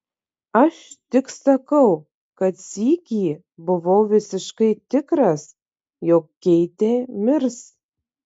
aš tik sakau kad sykį buvau visiškai tikras jog keitė mirs